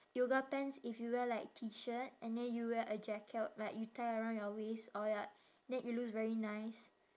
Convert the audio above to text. yoga pants if you wear like T shirt and then you wear a jacket like you tie around your waist or like then it looks very nice